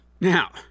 Now